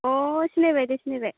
अ सिनायबाय दे सिनायबाय